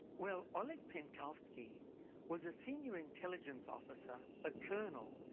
well, oleg penkovsky was a senior intelligence officer, a colonel,